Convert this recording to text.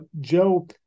Joe